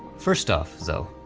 first off though,